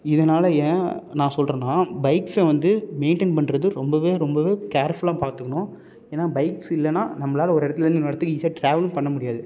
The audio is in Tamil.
இதனால் ஏன் நான் சொல்கிறேன்னா பைக்ஸை வந்து மெயின்டைன் பண்றது ரொம்பவே ரொம்பவே கேர்ஃபுல்லாக பார்த்துக்குணும் ஏன்னால் பைக்ஸ் இல்லைனா நம்மளால ஒரு இடத்துலேருந்து இன்னொரு இடத்துக்கு ஈஸியாக ட்ராவலும் பண்ண முடியாது